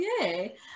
yay